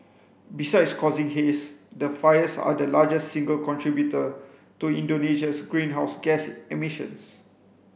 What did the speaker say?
besides causing haze the fires are the largest single contributor to Indonesia's greenhouse gas emissions